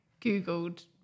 Googled